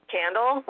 candle